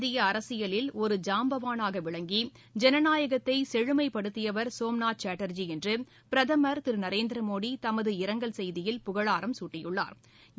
இந்தியஅரசியலில் ஒரு ஜாம்பவானாகவிளங்கி ஜனநாயகத்தைசெழுமைப்படுத்தியவர் சோம்நாத் சாட்டர்ஜி என்றுபிரதமா் திருநரேந்திரமோடிதமது இரங்கல் செய்தியில் பழாரம் குட்டியுள்ளாா்